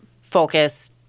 focus